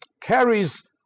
carries